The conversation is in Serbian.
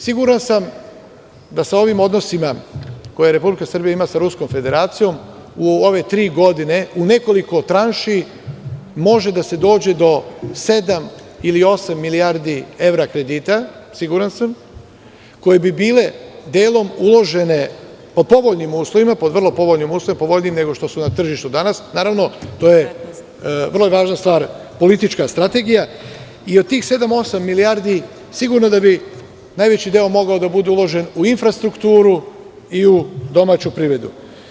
Siguran sam da sa ovim odnosima koje Republika Srbija ima sa Ruskom federacijom, u ove tri godine, u nekoliko tranši može da se dođe do sedam ili osam milijardi evra kredita, koje bi bile deo uložene po povoljnim uslovima, nego što su danas na tržištu i to je vrlo važna stvar, politička strategija i od tih sedam, osam milijardi, sigurno da bi najveći deo mogao da bude uložen u infrastrukturu i u domaću privredu.